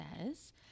says